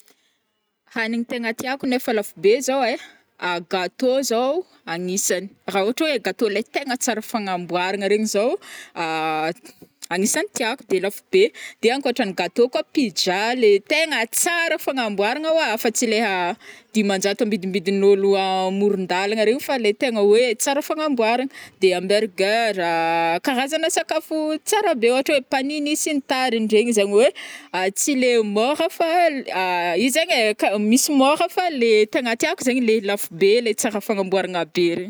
Hanigny tegna tiako nefa lafo be zao ai gâteau zao agnisany, raha ôhatra hoe gâteau le tegna tsara fanamboaragna regny zao anisagny tiako, de lafo be de ankoatrany gateau koa pizza le tegna tsara fagnamboarana oa fa tsy leha dimanjato amidimidinolo amoron-dàlagna regny fa le tegna hoe tsara fagnamboaragna, de hamburger, karazana sakafo tsara be ôhatra hoe panini sy ny tariny regny zegny hoe tsy le mora fa izy zegny ai k- misy mora fa le tegne tiako zany le lafo be tsara fanamboaragna be regny.